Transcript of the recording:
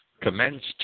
commenced